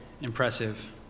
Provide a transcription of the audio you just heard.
impressive